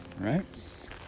right